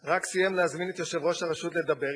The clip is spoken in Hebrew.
רק סיים להזמין את יושב-ראש הרשות לדבר אתו,